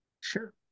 Sure